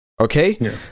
Okay